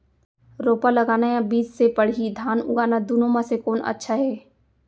रोपा लगाना या बीज से पड़ही धान उगाना दुनो म से कोन अच्छा हे?